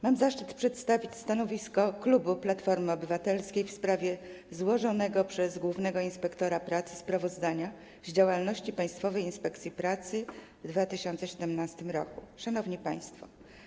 Mam zaszczyt przedstawić stanowisko klubu Platformy Obywatelskiej w sprawie złożonego przez głównego inspektora pracy sprawozdania z działalności Państwowej Inspekcji Pracy w 2017 r. Szanowni Państwo!